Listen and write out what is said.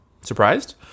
Surprised